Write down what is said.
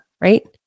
right